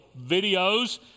videos